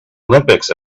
olympics